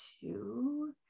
two